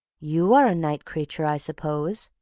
you are a night creature, i suppose,